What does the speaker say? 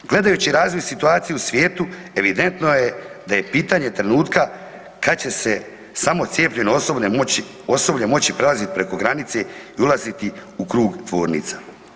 Gledajući razvoj situacije u svijetu, evidentno je da je pitanje trenutka kad će se samo cijepljene osobe moći prelazit preko granice u ulaziti u krug tvornica.